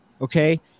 okay